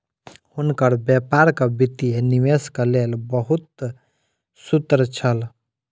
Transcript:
हुनकर व्यापारक वित्तीय निवेशक लेल बहुत सूत्र छल